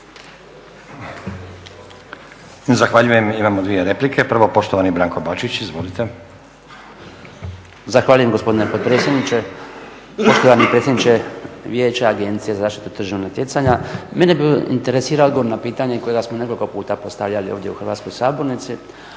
Zahvaljujem. Imamo dvije replike. Prvo poštovani Branko Bačić, izvolite. **Bačić, Branko (HDZ)** Zahvaljujem gospodine potpredsjedniče, poštovani predsjedniče Vijeća Agencije za zaštitu tržišnog natjecanja. Mene bi interesirao odgovor na pitanje koje smo nekoliko puta postavljali ovdje u hrvatskoj sabornici,